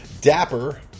dapper